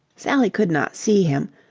sally could not see him,